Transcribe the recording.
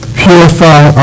purify